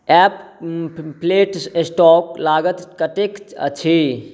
F flat stock लागत कतेक अछि